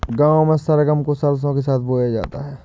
गांव में सरगम को सरसों के साथ बोया जाता है